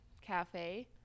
cafe